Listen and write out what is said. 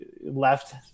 left